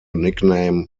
nickname